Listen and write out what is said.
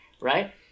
right